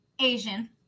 Asian